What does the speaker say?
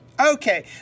Okay